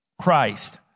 Christ